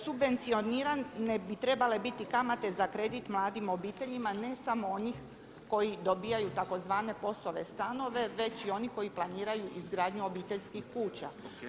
Subvencionirane bi trebale biti kamate za kredit mladim obiteljima ne samo onih koji dobivaju tzv. POS-ove stanove već i oni koji planiraju izgradnju obiteljskih kuća.